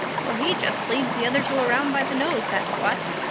for he just leads the other two around by the nose, that's what.